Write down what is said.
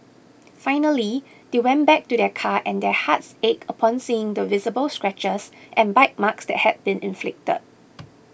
finally they went back to their car and their hearts ached upon seeing the visible scratches and bite marks that had been inflicted